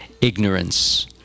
ignorance